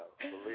Believe